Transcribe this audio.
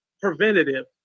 preventative